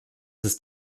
ist